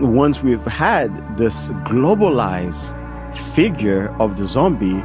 once we've had this globalized figure of the zombie,